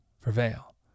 prevail